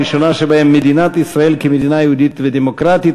והראשונה שבהן: מדינת ישראל כמדינה יהודית ודמוקרטית,